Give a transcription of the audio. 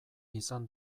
izan